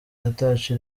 ataco